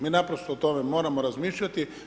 Mi naprosto o tome moramo razmišljati.